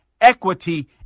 equity